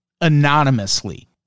anonymously